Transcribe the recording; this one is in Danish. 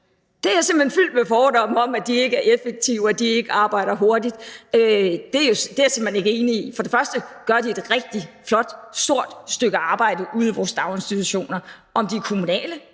– simpelt hen fordomme om, at de ikke er effektive, og at de ikke arbejder hurtigt. Det er jeg simpelt hen ikke enig i. For det første gør de et rigtig flot, stort stykke arbejde ude i vores daginstitutioner. Om de er kommunale,